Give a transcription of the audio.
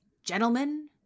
Gentlemen